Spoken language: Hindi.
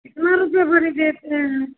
कितना रुपया भरी देते हैं